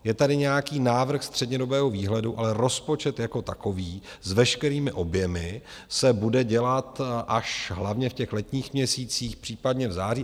Je tady nějaký návrh střednědobého výhledu, ale rozpočet jako takový s veškerými objemy se bude dělat až hlavně v letních měsících, případně v září.